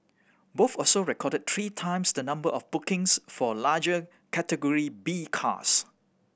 both also recorded three times the number of bookings for larger Category B cars